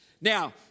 Now